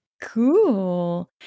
Cool